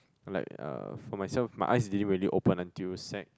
like uh for myself my eyes didn't really open until sec